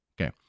Okay